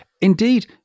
Indeed